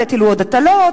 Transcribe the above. אבל יטילו עוד הטלות,